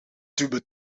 tube